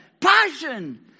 Passion